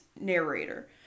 narrator